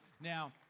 Now